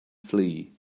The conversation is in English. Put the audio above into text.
flee